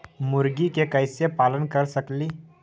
मुर्गि के कैसे पालन कर सकेली?